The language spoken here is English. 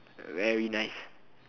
very nice